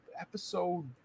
episode